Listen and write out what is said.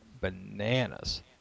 bananas